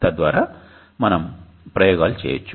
తద్వారా మన ప్రయోగాలు చేయవచ్చు